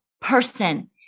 person